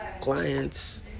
clients